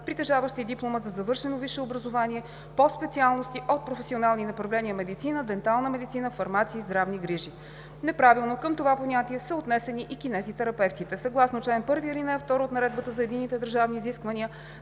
притежаващи диплома за завършено висше образование по специалности от професионални направления „Медицина“, „Дентална медицина“, „Фармация“ и „Здравни грижи“. Неправилно към това понятие са отнесени и кинезитерапевтите. Съгласно чл. 1, ал. 2 от Наредбата за единните държавни изисквания